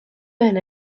men